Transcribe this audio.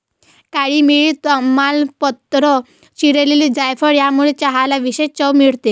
काळी मिरी, तमालपत्र, चिरलेली जायफळ यामुळे चहाला विशेष चव मिळते